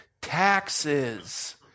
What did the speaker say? taxes